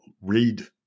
Read